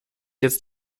jetzt